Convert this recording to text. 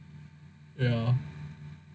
ya